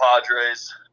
Padres